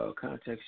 Contact